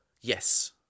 yes